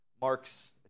Mark's